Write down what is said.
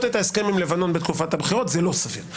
את ההסכם עם לבנון בתקופת הבחירות זה לא סביר.